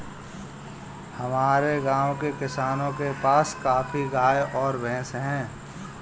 हमारे गाँव के किसानों के पास काफी गायें और भैंस है